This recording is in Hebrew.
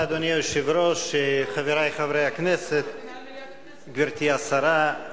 אדוני היושב-ראש, חברי חברי הכנסת, גברתי השרה,